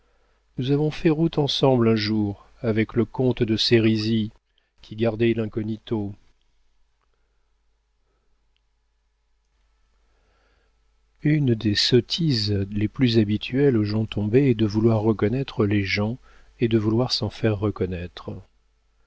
nous avons fait route ensemble un jour avec le comte de sérisy qui gardait l'incognito une des sottises les plus habituelles aux gens tombés est de vouloir reconnaître les gens et de vouloir s'en faire reconnaître